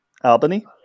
Albany